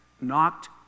knocked